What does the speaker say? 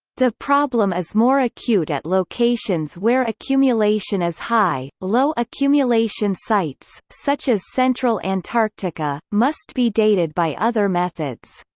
the problem is more acute at locations where accumulation is high low accumulation sites, such as central antarctica, must be dated by other methods.